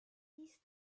dies